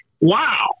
wow